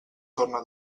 torna